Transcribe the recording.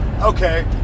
Okay